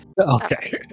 Okay